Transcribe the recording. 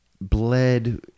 bled